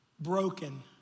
Broken